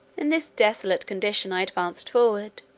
in this desolate condition i advanced forward,